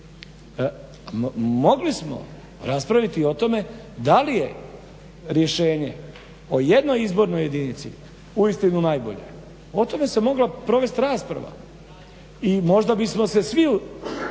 Mogli smo raspraviti i o tome da li je rješenje o jednoj izbornoj jedinici uistinu najbolje? O tome se mogla provesti rasprava. I možda bismo se svi